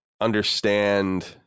understand